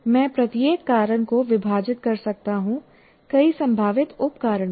मैं प्रत्येक कारण को विभाजित कर सकता हूं कई संभावित उप कारणों में